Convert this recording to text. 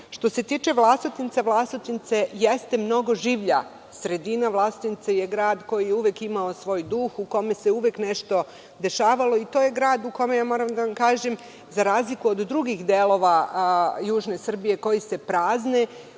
se tiče Vlasotinca, Vlasotince jeste mnogo življa sredina. Vlasotince je grad koji je uvek imao svoj duh, u kome se uvek nešto dešavalo. To je grad u kome se, moram da vam kažem, za razliku od drugih delova južne Srbije koji se prazne,